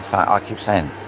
so ah keep saying,